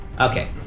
Okay